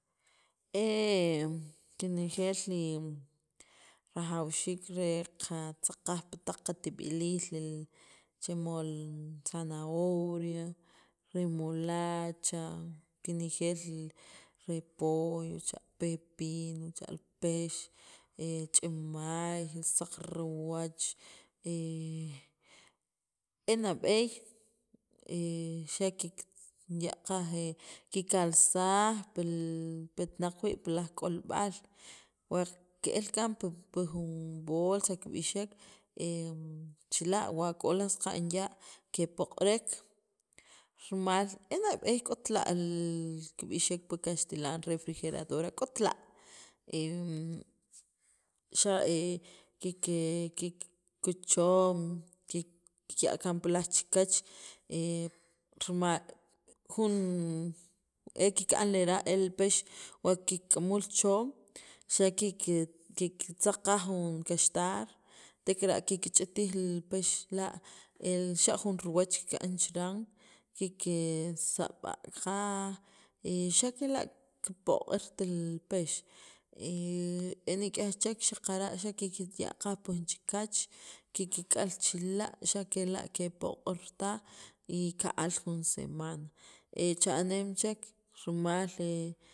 kinejeel li rajawxiik re qa tzaq qaj pi taq qatib'iliil che rimod li zanahoria, remolocha, kinejeel li repollo cha pepino cha, pex ch'imaay, saqriwach e nab'eey xakik kikya' qaj kikalsaj pil pi petnaq wii' pi laj k'olb'al wa ke'el kaan pi jun bolsa kib'ixek chila' wa k'o laj saqa'n ya' kipoq'erek rimal e nab'eey k'ot la' kib'ixek pi kaxtilan refriferadora k'ot la' xa' kike kikchon kik kikya' kaan pi laj chikyach rimal jun e kika'n lera' el pex wa kikk'amuul choom xa' kik kitzaq qaj jun kaxtar tek'ara' kikch'itij li pex la' xa' jun riwach kika'n chiran kike sab'a' qaj xa' kela' kipoq'or taj li pex e nik'yaj chek xaqara' xa' kikya' qaj pi jun chikyach kik'al chila' xa' kela' kepoq'or taj y ka'al jun semana e cha'neem chek rimal